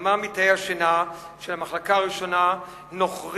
בכמה מתאי השינה של המחלקה הראשונה נוחרים